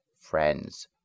friends